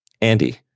Andy